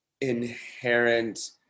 inherent